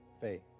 faith